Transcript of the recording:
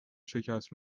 شکست